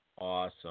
Awesome